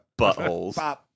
buttholes